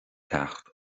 ceacht